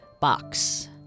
box